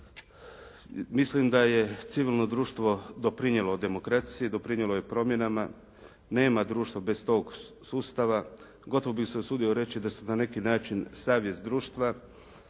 Mislim da je civilno društvo doprinijelo demokraciji, doprinijelo je promjenama, nema društva bez tog sustava, gotovo bih se usudio reći da je na neki način savjest društva,